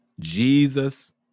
Jesus